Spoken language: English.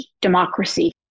democracy